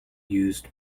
used